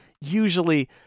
usually